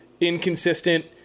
inconsistent